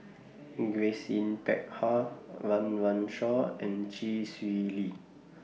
Grace Yin Peck Ha Run Run Shaw and Chee Swee Lee